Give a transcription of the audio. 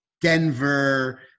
Denver